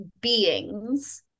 beings